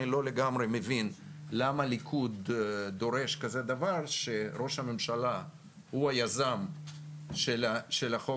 אני לא לגמרי מבין למה הליכוד דורש כזה דבר שראש הממשלה הוא היזם של החוק